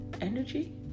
energy